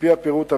על-פי הפירוט הבא: